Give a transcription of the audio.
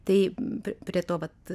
tai prie to vat